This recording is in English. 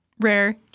Rare